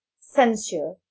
censure